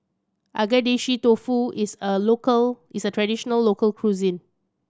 Agedashi Dofu is a local is traditional local cuisine